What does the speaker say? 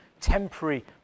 temporary